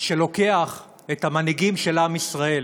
שלוקח את המנהיגים של עם ישראל